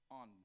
on